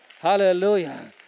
Hallelujah